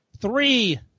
three